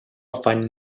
afany